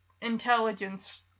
intelligence